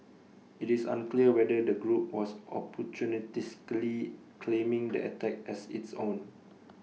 IT is unclear whether the group was opportunistically claiming the attack as its own